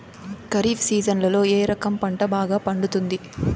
ఖరీఫ్ సీజన్లలో ఏ రకం పంట బాగా పండుతుంది